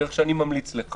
הדרך שאני ממליץ לך